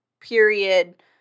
period